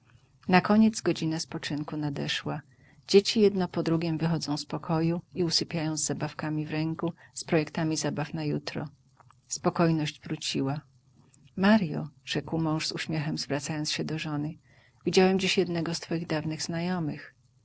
półmiskiem nakoniec godzina spoczynku nadeszła dzieci jedno po drugiem wychodzą z pokoju i usypiają z zabawkami w ręku z projektami zabaw na jutro spokojność powróciła marjo rzekł mąż z uśmiechem zwracając się do żony widziałem dziś jednego z twoich dawnych znajomych